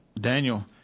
Daniel